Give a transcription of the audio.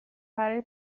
برای